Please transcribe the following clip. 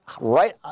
right